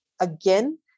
again